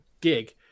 gig